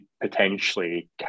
potentially